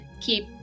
keep